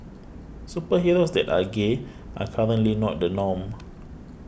superheroes that are gay are currently not the norm